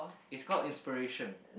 it's call inspiration